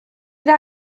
bydd